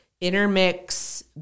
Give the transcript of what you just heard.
intermix